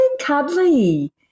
cuddly